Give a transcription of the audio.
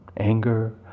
anger